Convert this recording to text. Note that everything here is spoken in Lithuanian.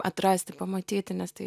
atrasti pamatyti nes tai